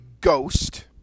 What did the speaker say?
ghost